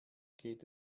geht